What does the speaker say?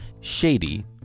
Shady